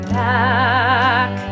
back